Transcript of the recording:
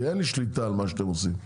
כי אין לי שליטה על מה שאתם עושים,